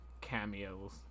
cameos